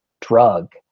drug